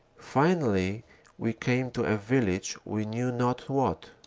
finally we came to a village we knew not what.